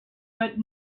but